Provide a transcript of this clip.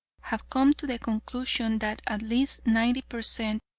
have come to the conclusion that at least ninety per cent.